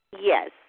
Yes